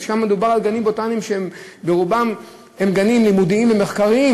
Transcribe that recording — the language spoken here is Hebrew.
ושם מדובר על גנים בוטניים שברובם הם גנים לימודיים ומחקריים,